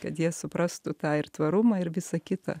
kad jie suprastų tą ir tvarumą ir visą kitą